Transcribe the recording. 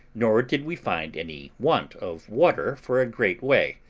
nor did we find any want of water for a great way.